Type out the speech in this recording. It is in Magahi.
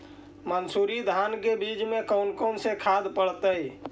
मंसूरी धान के बीज में कौन कौन से खाद पड़तै?